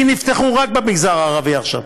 כי נפתחו רק במגזר הערבי עכשיו.